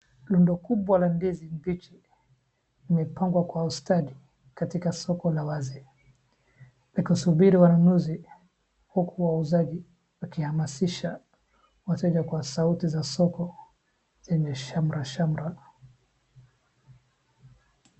Rundo kubwa la ndizi mbichi imepangwa kwa ustadi katika soko la wazi ikisubiri wanunuzi uku wauzaji wakihamasisha wateja kwa sauti za soko zenye shamrashamra.